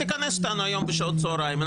תכנס אותנו היום בשעות צוהריים,